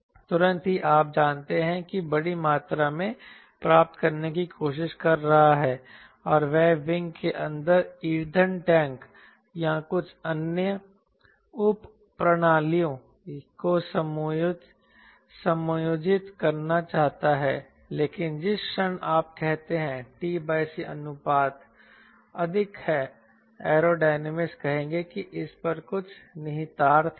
तुरंत ही आप जानते हैं कि वह बड़ी मात्रा में प्राप्त करने की कोशिश कर रहा है और वह विंग के अंदर ईंधन टैंक या कुछ अन्य उप प्रणालियों को समायोजित करना चाहता है लेकिन जिस क्षण आप कहते हैं t c अनुपात अधिक है एयरो डायनामिस्ट कहेंगे कि इस पर कुछ निहितार्थ हैं